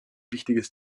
wichtiges